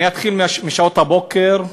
אני אתחיל משעות הבוקר,